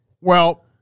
Well-